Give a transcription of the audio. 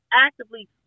actively